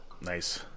Nice